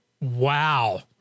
Wow